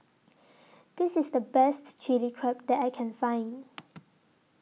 This IS The Best Chilli Crab that I Can Find